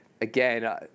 again